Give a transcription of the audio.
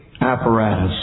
apparatus